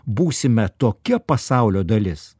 būsime tokia pasaulio dalis